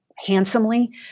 handsomely